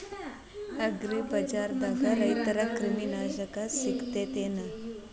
ಅಗ್ರಿಬಜಾರ್ದಾಗ ರೈತರ ಕ್ರಿಮಿ ನಾಶಕ ಸಿಗತೇತಿ ಏನ್?